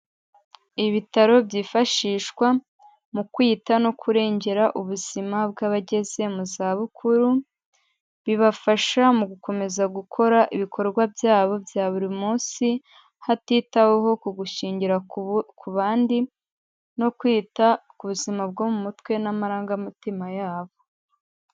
Ibitaro byifashishwa mu kwita no kurengera ubuzima bw'abageze mu zabukuru, bibafasha mu gukomeza gukora ibikorwa byabo bya buri munsi, hatitaweho ku gushingira ku bandi no kwita ku buzima bwo mu mutwe n'amarangamutima yabo.